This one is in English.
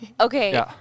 Okay